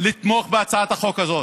לתמוך בהצעת החוק הזאת.